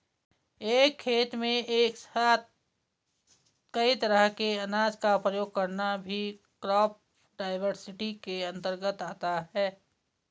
एक खेत में एक साथ कई तरह के अनाज का प्रयोग करना भी क्रॉप डाइवर्सिटी के अंतर्गत आता है